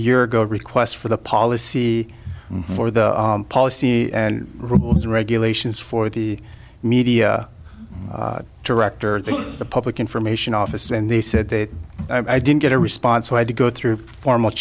year ago requests for the policy for the policy and rules and regulations for the media director the public information office and they said that i didn't get a response so i had to go through form